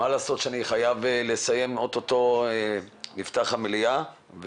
שאני חייב לסיים כי או-טו-טו המליאה נפתחת,